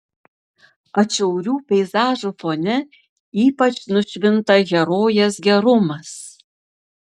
atšiaurių peizažų fone ypač nušvinta herojės gerumas